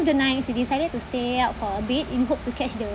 the nights we decided to stay out for a bit in hope to catch the